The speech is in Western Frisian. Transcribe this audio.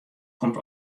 komt